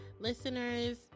listeners